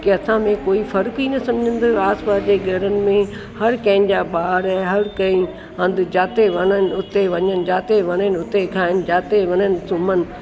कि असां में कोई फ़र्क़ ई न सम्झंदो आस पास जे घरनि में हर कंहिंजा ॿार हर कंहिं हंधि जिथे वञनि उते वञे जिथे वञनि उते खाइनि जिथे वञनि सुम्हनि